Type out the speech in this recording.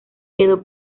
quedó